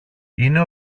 είναι